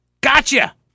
gotcha